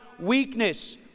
weakness